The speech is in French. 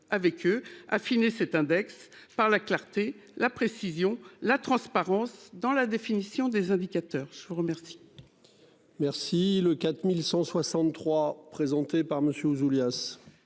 Avec eux, a fini cet index par la clarté, la précision, la transparence dans la définition des indicateurs. Je vous remercie.